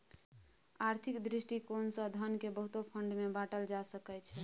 आर्थिक दृष्टिकोण से धन केँ बहुते फंड मे बाटल जा सकइ छै